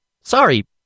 Sorry